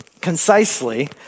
concisely